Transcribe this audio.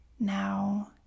Now